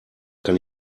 kann